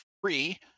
free